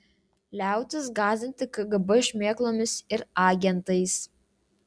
liautis gąsdinti kgb šmėklomis ir agentais